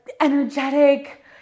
energetic